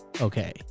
okay